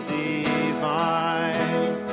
divine